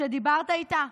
דיברת איתה?